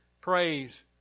praise